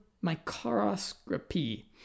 microscopy